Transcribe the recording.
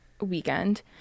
weekend